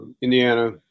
Indiana